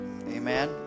amen